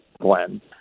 Glenn